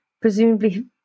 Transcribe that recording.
presumably